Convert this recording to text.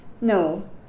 No